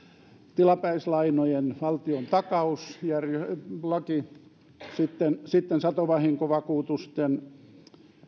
tilapäislainojen valtiontakauslaki sitten sitten satovahinkovakuutusten